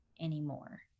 anymore